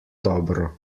dobro